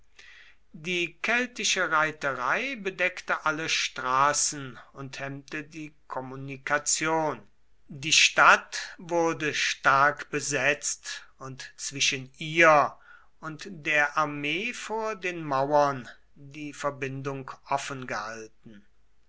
die keltische reiterei bedeckte alle straßen und hemmte die kommunikation die stadt wurde stark besetzt und zwischen ihr und der armee vor den mauern die verbindung offen gehalten